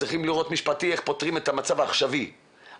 צריכים לראות איך פותרים את המצב העכשווי מבחינה משפטית,